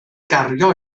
gario